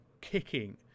kicking